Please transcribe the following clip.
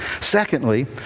Secondly